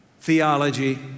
theology